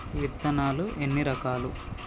విత్తనాలు ఎన్ని రకాలు?